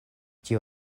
tio